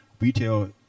retail